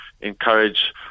encourage